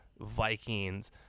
Vikings